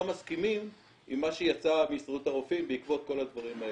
מסכימים עם מה שיצא מהסתדרות הרופאים בעקבות כל הדברים האלה.